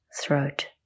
throat